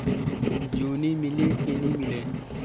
जोणी मीले कि नी मिले?